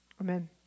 Amen